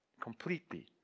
Completely